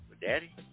Daddy